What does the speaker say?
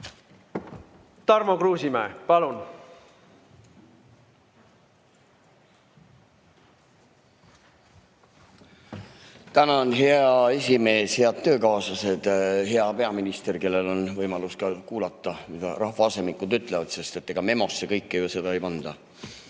Tarmo Kruusimäe, palun! Tänan, hea esimees! Head töökaaslased! Hea peaminister! Kellel on võimalus kuulata, mida rahvaasemikud ütlevad, sest ega memosse kõike seda ei panda.